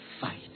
fight